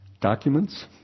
Documents